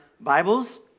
Bibles